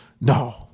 no